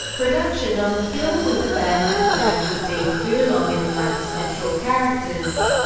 production on the film was abandoned when it was deemed too long and lacked central characters,